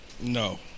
No